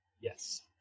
Yes